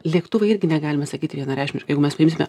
lėktuvai irgi negalime sakyti vienareikšmiškai jeigu mes paimsime